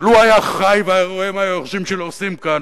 לו היה חי והיה רואה מה היורשים שלו עושים כאן,